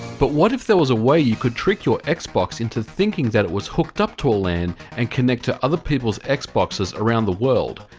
but what if there was a way you could trick your xbox into thinking that it was hooked up to a lan and connect to other people's xboxes around the world.